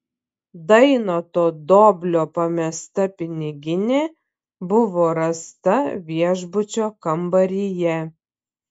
dainoto doblio pamesta piniginė buvo rasta viešbučio kambaryje